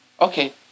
Okay